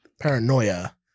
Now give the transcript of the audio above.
Paranoia